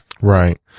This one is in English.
Right